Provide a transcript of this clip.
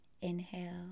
Inhale